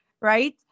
right